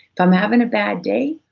if i'm having a bad day,